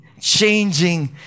changing